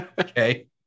Okay